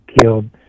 killed